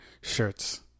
shirts